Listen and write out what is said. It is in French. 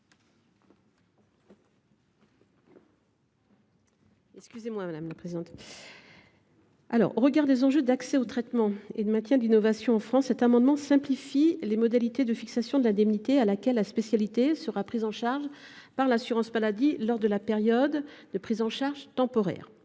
l’amendement n° 297 rectifié. Au regard des enjeux d’accès aux traitements et de maintien de l’innovation en France, cet amendement vise à simplifier les modalités de fixation de l’indemnité à laquelle la spécialité sera prise en charge par l’assurance maladie lors de la période de prise en charge temporaire.